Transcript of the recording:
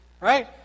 right